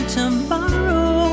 tomorrow